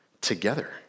together